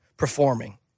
performing